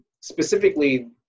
specifically